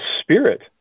spirit